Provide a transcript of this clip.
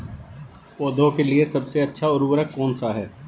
पौधों के लिए सबसे अच्छा उर्वरक कौन सा है?